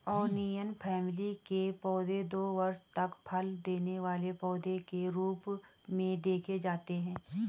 onion family के पौधे दो वर्ष तक फल देने वाले पौधे के रूप में देखे जाते हैं